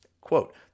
Quote